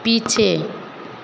पीछे